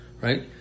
Right